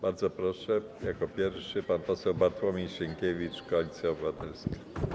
Bardzo proszę, jako pierwszy pan poseł Bartłomiej Sienkiewicz, Koalicja Obywatelska.